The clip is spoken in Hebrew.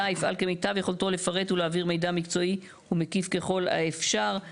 יפעל כמיטב יכולתו לפרט ולהעביר מידע מקצועי ומקיף ככל האפשר.".